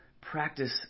practice